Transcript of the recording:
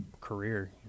career